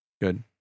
Good